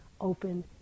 open